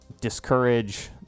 discourage